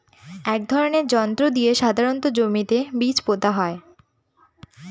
এক ধরনের যন্ত্র দিয়ে সাধারণত জমিতে বীজ পোতা হয়